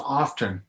often